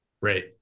right